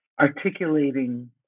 articulating